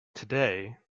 today